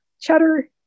cheddar